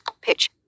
pitch